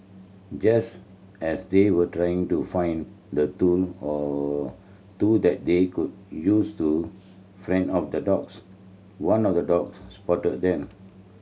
just as they were trying to find the tool or two that they could use to fend off the dogs one of the dogs spotted them